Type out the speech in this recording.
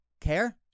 care